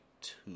two